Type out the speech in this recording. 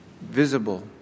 visible